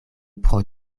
pro